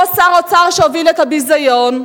אותו שר אוצר שהוביל את הביזיון,